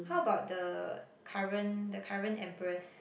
how about the current the current empress